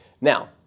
Now